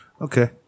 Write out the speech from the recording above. Okay